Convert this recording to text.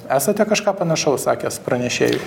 esate kažką panašaus sakęs pranešėjui